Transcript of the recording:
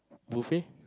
buffet